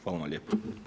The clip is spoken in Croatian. Hvala vam lijepo.